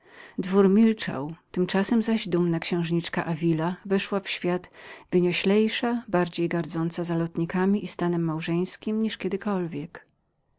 dwór milczał tymczasem zaś dumna księżniczka davila weszła w świat wynioślejsza bardziej gardząca zalotnikami i stanem małżeńskim niż kiedykolwiek